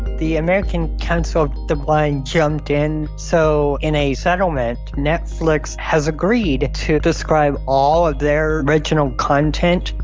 the american council of the blind jumped in so. in a settlement, netflix has agreed to describe all of their original content,